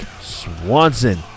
Swanson